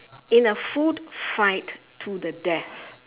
in a food fight to the death